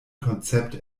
konzept